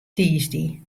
tiisdei